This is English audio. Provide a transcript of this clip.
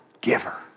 giver